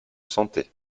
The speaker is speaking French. santé